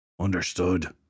Understood